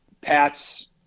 Pat's